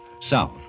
south